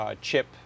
chip